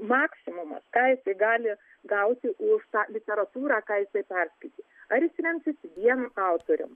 maksimumas ką jisai gali gauti už literatūrą kž jisai perskaitė ar jis remsis vienu autorium